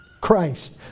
Christ